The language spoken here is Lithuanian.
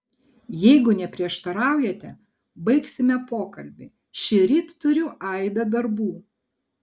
jeigu neprieštaraujate baigsime pokalbį šįryt turiu aibę darbų